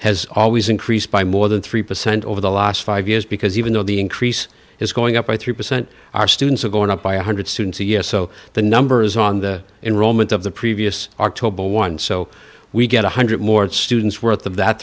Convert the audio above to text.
has always increased by more than three percent over the last five years because even though the increase is going up by three percent our students are going up by one hundred students a year so the numbers on the enrollment of the previous are tobel one so we get one hundred dollars more students worth of that